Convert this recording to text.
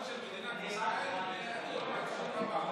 של מדינת ישראל לפני יום העצמאות הבא.